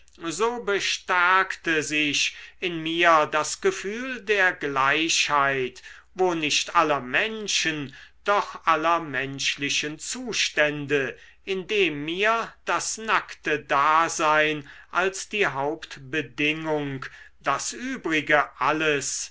so bestärkte sich in mir das gefühl der gleichheit wo nicht aller menschen doch aller menschlichen zustände indem mir das nackte dasein als die hauptbedingung das übrige alles